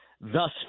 thus